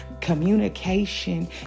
Communication